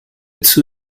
two